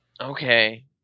Okay